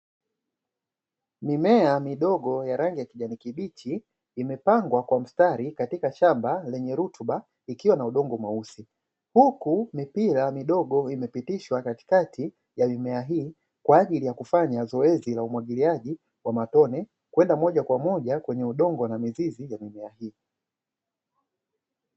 Mimea midogo ya rangi kijani kibichi imepangwa kwa mstari katika shamba lenye rutuba ikiwa na udongo mweusi, huku mipira midogo imepitishwa katikati ya mimea hii, kwajili ya kufanya mzoezi za umwagiliaji wa mapema kwenda moja kwa moja kwenye udongo na mizizi ya mimea hii.